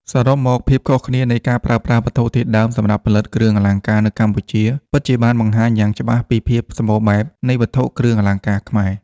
សរុបមក ភាពខុសគ្នានៃការប្រើប្រាស់វត្ថុធាតុដើមសម្រាប់ផលិតគ្រឿងអលង្ការនៅកម្ពុជា ពិតជាបានបង្ហាញយ៉ាងច្បាស់ពីភាពសម្បូរបែបនៃវប្បធម៌គ្រឿងអលង្ការខ្មែរ។